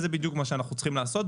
זה בדיוק מה שאנחנו צריכים לעשות.